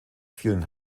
vielen